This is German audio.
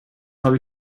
habe